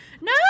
no